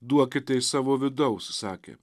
duokite iš savo vidaus sakė